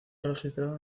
registrado